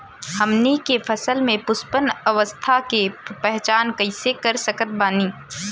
हमनी के फसल में पुष्पन अवस्था के पहचान कइसे कर सकत बानी?